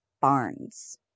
Barnes